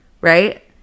Right